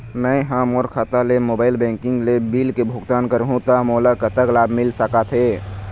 मैं हा मोर खाता ले मोबाइल बैंकिंग ले बिल के भुगतान करहूं ता मोला कतक लाभ मिल सका थे?